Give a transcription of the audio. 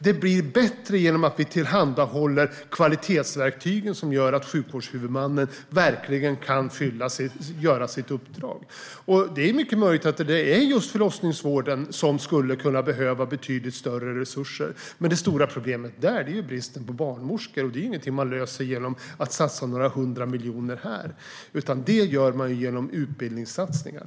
Det blir bättre genom att vi tillhandahåller de kvalitetsverktyg som gör att sjukvårdshuvudmannen verkligen kan utföra sitt uppdrag. Det är mycket möjligt att det är just förlossningsvården som skulle behöva betydligt större resurser. Men det stora problemet där är bristen på barnmorskor, och det är ingenting man löser genom att satsa några hundra miljoner här. Det löser man genom utbildningssatsningar.